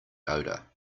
odor